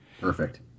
perfect